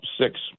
six